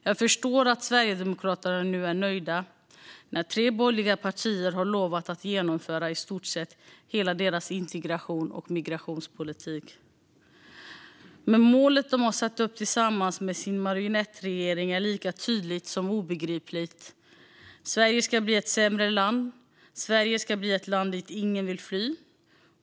Jag förstår att Sverigedemokraterna nu är nöjda, när tre borgerliga partier har lovat att genomföra i stort sett hela deras integrations och migrationspolitik. Men målet de har satt upp tillsammans med sin marionettregering är lika tydligt som obegripligt: Sverige ska bli ett sämre land. Sverige ska bli ett land dit ingen vill fly.